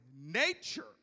nature